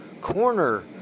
corner